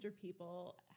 people